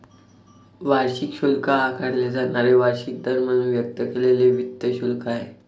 वार्षिक शुल्क आकारले जाणारे वार्षिक दर म्हणून व्यक्त केलेले वित्त शुल्क आहे